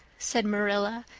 said marilla,